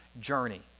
journey